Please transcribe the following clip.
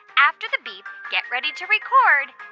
after the beep, get ready to record